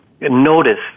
notice